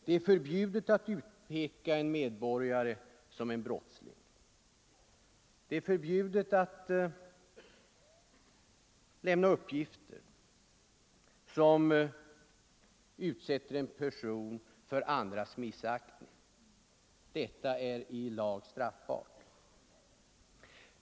Det är förbjudet att utpeka en medborgare som brottsling. Det är förbjudet att lämna uppgifter som utsätter en person för andras missaktning. Detta är i lag straffbart.